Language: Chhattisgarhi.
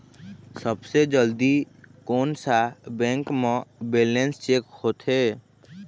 सबसे जल्दी कोन सा बैंक म बैलेंस चेक होथे?